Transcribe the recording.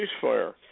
ceasefire